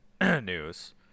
news